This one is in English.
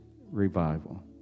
revival